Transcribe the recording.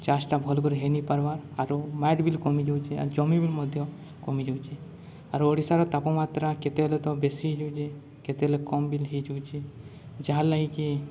ଚାଷଟା ଭଲକରି ହେଇନି ପାର୍ବା ଆରୁ ମାାଇଟ୍ ବିଲ୍ କମି ଯାଉଛେ ଆର୍ ଜମି ବି ମଧ୍ୟ କମି ଯାଉଛେ ଆରୁ ଓଡ଼ିଶାର ତାପମାତ୍ରା କେତେବେଳେ ତ ବେଶୀ ହେଇଯାଉଛି କେତେବେଳେ କମ୍ ବିଲ୍ ହେଇଯାଉଛି ଯାହା ଲାଗି କିି